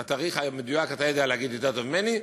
את התאריך המדויק אתה יודע להגיד יותר טוב ממני,